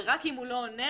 ורק אם הוא לא עונה,